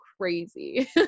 crazy